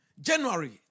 January